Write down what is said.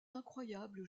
incroyables